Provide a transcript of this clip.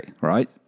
right